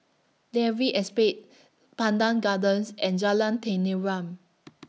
Dalvey Estate Pandan Gardens and Jalan Tenteram